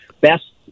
best